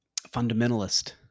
fundamentalist